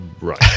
right